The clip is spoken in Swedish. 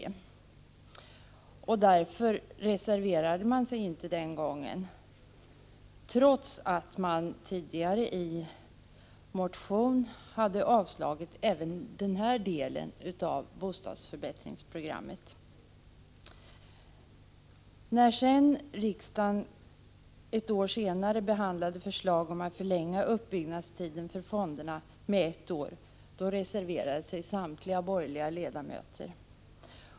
Därför reserverade sig inte de borgerliga ledamöterna den gången, trots att de tidigare motionsledes hade yrkat avslag även på denna del av bostadsförbättringsprogrammet. När riksdagen ett år senare behandlade förslag om att uppbyggnadstiden för fonderna skulle förlängas med ett år, reserverade sig samtliga borgerliga partier.